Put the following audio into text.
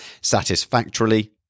satisfactorily